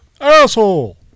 Asshole